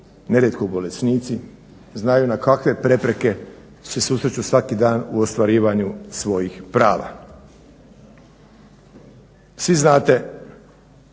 nerijetko bolesnici znaju na kakve prepreke se susreću svaki dan u ostvarivanju svojih prava. Svi znate